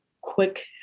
quick